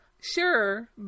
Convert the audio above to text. sure